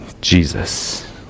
Jesus